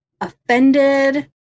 offended